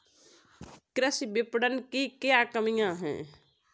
कृषि विपणन की क्या कमियाँ हैं?